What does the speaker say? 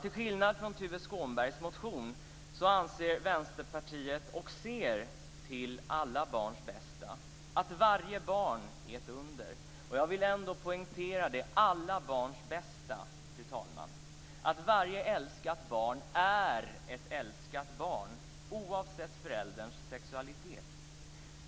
Till skillnad från Tuve Skånbergs motion anser Vänsterpartiet - och ser till alla barns bästa - att varje barn är ett under. Jag vill ändå poängtera detta med alla barns bästa, fru talman. Varje älskat barn är ett älskat barn oavsett förälderns sexualitet.